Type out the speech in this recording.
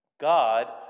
God